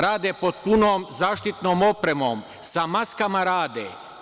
Rade pod punom zaštitnom opremom, sa maskama rade.